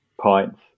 pints